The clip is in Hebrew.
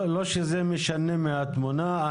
לא שזה משנה מהתמונה.